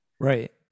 Right